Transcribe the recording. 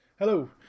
Hello